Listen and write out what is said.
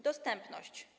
Dostępność.